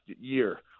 year